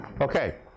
Okay